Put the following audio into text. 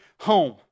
home